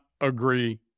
agree